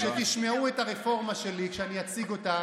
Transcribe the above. הם מצטיינים בתפקידם.